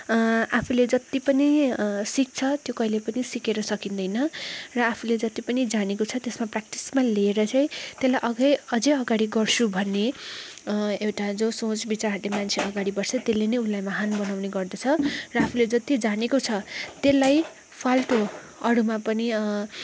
आफूले जति पनि सिक्छ त्यो कहिले पनि सिकेर सकिँदैन र आफूले जति पनि जानेको छ त्यसमा प्रेक्टिसमा लिएर चाहिँ त्यसलाई अझै अगाडि गर्छु भन्ने एउटा जो सोच विचारले मान्छे अगाडि बड्छ त्यसले नै उसलाई महान बनाउने गर्दछ र आफूले जति जानेको छ त्यसलाई फाल्टो अरूमा पनि